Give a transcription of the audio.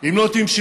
אם לא תמשכו,